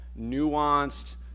nuanced